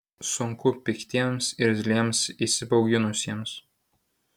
sunku piktiems irzliems įsibauginusiems